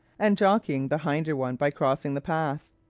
and jockeying the hinder one by crossing the path.